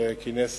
שכינס